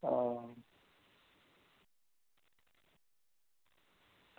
हां